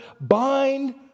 bind